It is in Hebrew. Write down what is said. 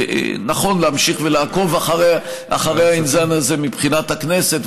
שנכון להמשיך ולעקוב אחרי העניין הזה מבחינת הכנסת,